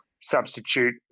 substitute